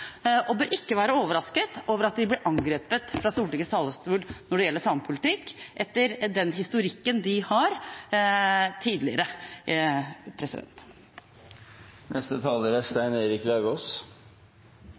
og bør ikke være overrasket over at de blir angrepet fra Stortingets talerstol når det gjelder samepolitikk, med den historikken de har fra tidligere.